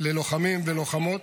ללוחמים ולוחמות.